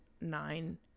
nine